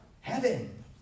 Heaven